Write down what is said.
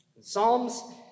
Psalms